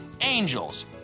angels